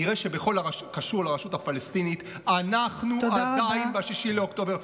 נראה שבכל מה שקשור לרשות הפלסטינית אנחנו עדיין ב-6 באוקטובר.